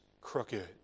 crooked